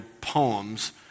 poems